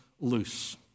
loose